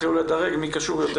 יתחילו לדרג מי קשור יותר.